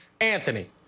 Anthony